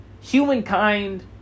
humankind